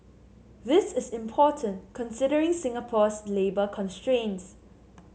this is important considering Singapore's labour constraints